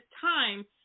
time